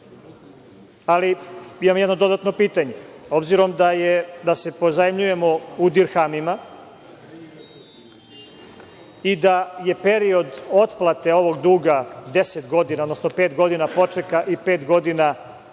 ali imam jedno dodatno pitanje. Obzirom da se pozajmljujemo u dirhamima i da je period otplate ovog duga 10 godina, odnosno posle pet godina počeka i pet godina otplate,